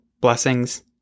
Blessings